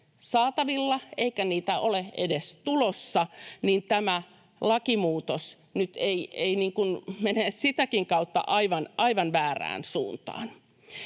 saatavilla eikä niitä ole edes tulossa, niin että tämä lakimuutos nyt menee sitäkin kautta aivan väärään suuntaan.